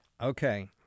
Okay